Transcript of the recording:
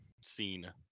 scene